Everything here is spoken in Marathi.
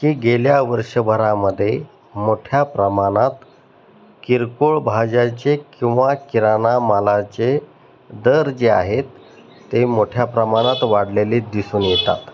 की गेल्या वर्षभरामध्ये मोठ्या प्रमाणात किरकोळ भाज्याचे किंवा किराणा मालाचे दर जे आहेत ते मोठ्या प्रमाणात वाढलेले दिसून येतात